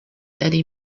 eddie